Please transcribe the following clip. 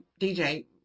dj